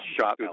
shot